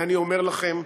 ואני אומר לכם,